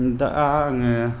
दा आङो